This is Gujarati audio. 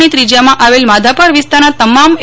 ની ત્રિજયામાં આવેલ માધાપર વિસ્તારના તમામ એ